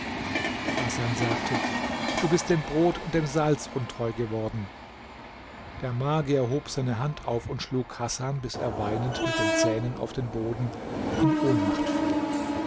hasan sagte du bist dem brot und dem salz untreu geworden der magier hob seine hand auf und schlug hasan bis er weinend mit den zähnen auf den boden in ohnmacht fiel